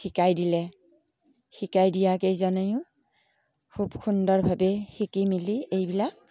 শিকাই দিলে শিকাই দিয়া কেইজনেও খুব সুন্দৰভাৱে শিকি মেলি এইবিলাক